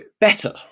Better